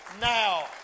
now